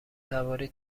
سواری